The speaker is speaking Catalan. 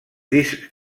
discs